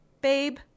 babe